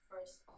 First